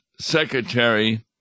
Secretary